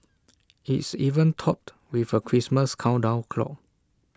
it's even topped with A Christmas countdown clock